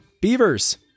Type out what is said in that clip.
beavers